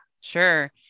Sure